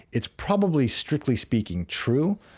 it's probably strictly speaking true,